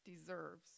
deserves